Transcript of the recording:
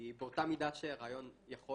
כי באותה מידה שרעיון יכול